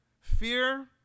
fear